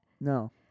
No